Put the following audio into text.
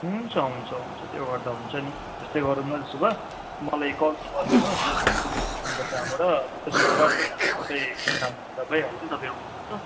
हुन्छ हुन्छ हुन्छ त्यो गर्दा हुन्छ नि त्यस्तै गरौँ न त्यसो भए मलाई कल चाहिँ गरिदिनुहोस् अन्त त्यहाँबाट त्यसको बाद अब सबै काम त भइहाल्छ तपाईँ आउनु